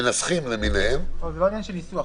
המנסחים למיניהם --- זה לא עניין של ניסוח.